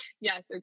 yes